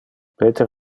peter